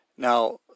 Now